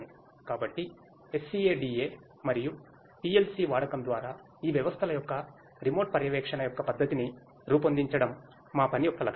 కాబట్టి SCADA మరియు PLC వాడకం ద్వారా ఈ వ్యవస్థల యొక్క రిమోట్ పర్యవేక్షణ యొక్క పద్దతిని రూపొందించడం మా పని యొక్క లక్ష్యం